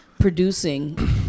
producing